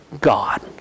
God